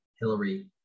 Hillary